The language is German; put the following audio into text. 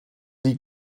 die